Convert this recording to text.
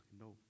no